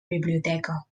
biblioteca